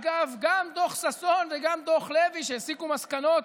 אגב, גם דוח ששון וגם דוח לוי, שהסיקו מסקנות